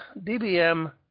DBM